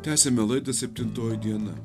tęsiame laidą septintoji diena